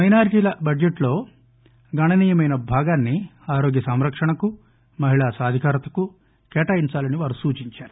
మైనారిటీల బడ్జెట్లో గణనీయమైన భాగాన్ని ఆరోగ్య సంరక్షణకు మహిళా సాధికారతకు కేటాయించాలని వారు సూచించారు